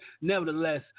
nevertheless